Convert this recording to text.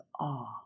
awe